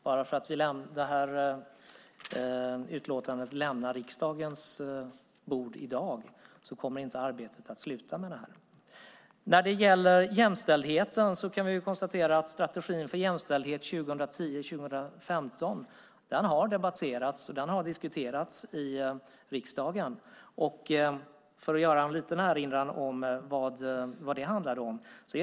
Bara för att utlåtandet lämnar riksdagens bord i dag kommer inte arbetet med den att sluta. Vi kan konstatera att strategin för jämställdhet 2010-2015 har debatterats och diskuterats i riksdagen. Jag ska göra en liten erinran om vad det handlade om.